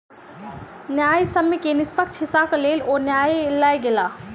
न्यायसम्य के निष्पक्ष हिस्साक लेल ओ न्यायलय गेला